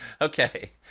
Okay